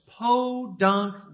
podunk